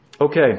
Okay